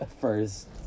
first